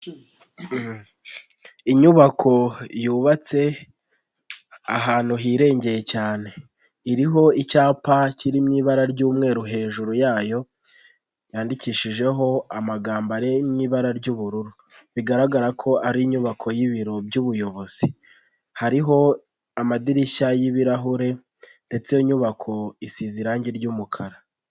Inyubako yubatse ahantu hirengeye cyane, iriho icyapa kiri mu ibara ry'umweru hejuru yayo, yandikishijeho amagambo ari mu ibara ry'ubururu, bigaragara ko ari inyubako y'ibiro by'ubuyobozi, hariho amadirishya y'ibirahure ndetse inyubako isize irangi ry'umukara.